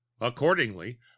accordingly